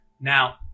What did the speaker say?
Now